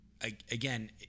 again